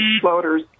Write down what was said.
floaters